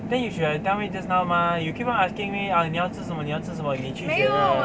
then you should have tell me just now mah you keep on asking me ah 你要吃什么你要吃什么你去